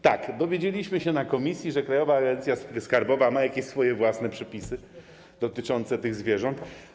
Tak, dowiedzieliśmy się w komisji, że Krajowa Administracja Skarbowa ma swoje własne przepisy dotyczące tych zwierząt.